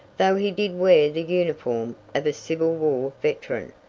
though he did wear the uniform of a civil war veteran,